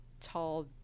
tall